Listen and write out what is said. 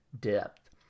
depth